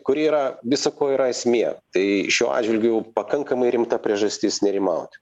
kur yra visa ko yra esmė tai šiuo atžvilgiu pakankamai rimta priežastis nerimauti